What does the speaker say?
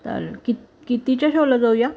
चालेल कित कितीच्या शोला जाऊया